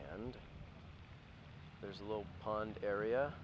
and there's a little pond area